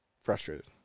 Frustrated